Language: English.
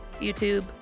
YouTube